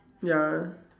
ya